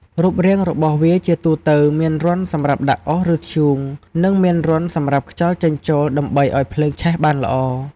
រូបរាងរបស់វាជាទូទៅមានរន្ធសម្រាប់ដាក់អុស ឬធ្យូង និងមានរន្ធសម្រាប់ខ្យល់ចេញចូល ដើម្បីឱ្យភ្លើងឆេះបានល្អ។